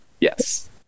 Yes